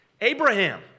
Abraham